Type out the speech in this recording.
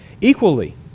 equally